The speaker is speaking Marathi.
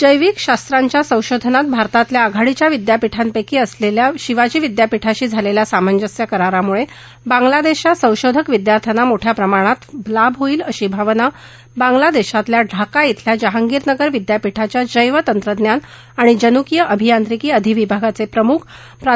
जैविक शास्त्रांच्या संशोधनात भारतातील आघाडीच्या विद्यापीठांपैकी असलेल्या शिवाजी विद्यापीठाशी झालेल्या सामंजस्य करारामुळे बांगलादेशच्या संशोधक विद्यार्थ्यांना मोठ्या प्रमाणात लाभ होईल अशी भावना बांगलादेशातल्या ढाका खिल्या जहाँगीरनगर विद्यापीठाच्या जैवतंत्रज्ञान आणि जनुकीय अभियांत्रिकी अधिविभागाचे प्रमुख प्रा